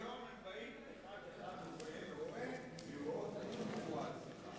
אבל היום הם באים אחד-אחד באין רואה לראות את סיפור ההצלחה.